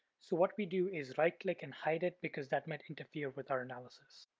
so what we do is right click and hide it because that might interfere with our analysis.